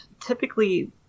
typically